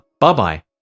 Bye-bye